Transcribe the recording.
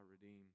redeem